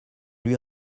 lui